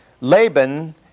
Laban